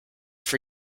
for